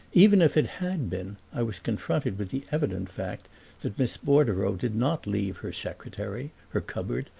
even if it had been i was confronted with the evident fact that miss bordereau did not leave her secretary, her cupboard,